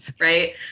right